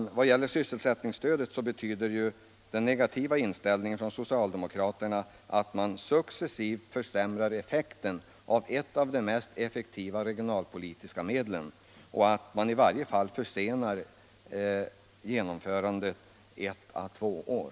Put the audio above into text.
I vad gäller sysselsättningsstödet betyder den negativa inställningen från socialdemokraternas sida att man successivt försämrar effekten av ett av de mest verksamma regionalpolitiska medlen och att man i varje fall försenar genomförandet av denna reform ett å två år.